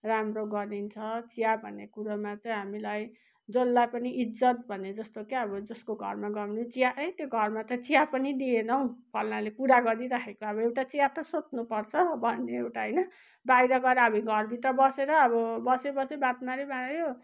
राम्रो गरिदिन्छ चिया भन्ने कुरोमा चाहिँ हामीलाई जसलाई पनि इज्जत भन्ने जस्तो क्या अब जसको घरमा गयो भने पनि चिया ए त्यो घरमा त चिया पनि दिएन हौ फलनाले कुरा गरी कुरा राखेको अब एउटा चिया त सोध्नु पर्छ भन्ने एउटा होइन बाहिर गएर हामी घरभित्र बसेर अब बसेपछि बात माऱ्यो माऱ्यो